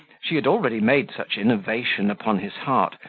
she had already made such innovation upon his heart,